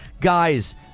Guys